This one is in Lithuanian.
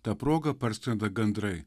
ta proga parskrenda gandrai